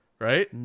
right